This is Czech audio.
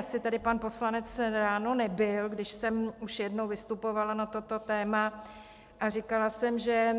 Asi tady pan poslanec ráno nebyl, když jsem už jednou vystupovala na toto téma a říkala jsem, že